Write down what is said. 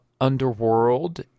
Underworld